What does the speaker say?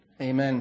Amen